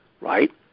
right